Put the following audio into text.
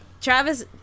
Travis